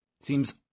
seems